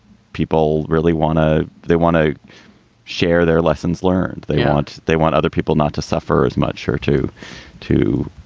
people really want to they want to share their lessons learned they aren't. they want other people not to suffer as much or to to,